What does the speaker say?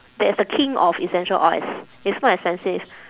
that's the king of essential oils it's more expensive